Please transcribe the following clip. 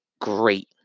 great